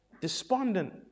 despondent